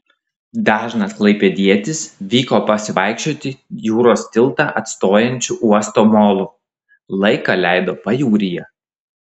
dažnas klaipėdietis vyko pasivaikščioti jūros tiltą atstojančiu uosto molu laiką leido pajūryje